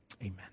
amen